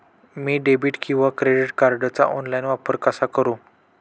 मी debit किंवा credit कार्डचा online वापर कसा करु?